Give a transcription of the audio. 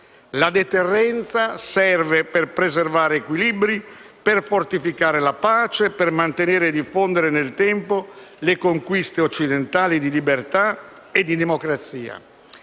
La deterrenza serve per preservare equilibri, per fortificare la pace e per mantenere e diffondere nel tempo le conquiste occidentali di libertà e democrazia.